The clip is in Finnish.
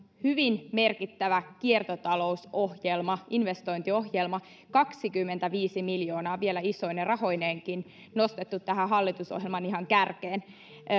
hyvin merkittävä kiertotalousohjelma investointiohjelma kaksikymmentäviisi miljoonaa vielä isoine rahoineenkin nostettu tähän hallitusohjelman ihan kärkeen